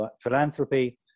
philanthropy